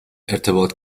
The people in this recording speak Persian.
ارتباط